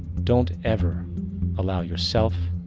don't ever allow yourself,